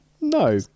no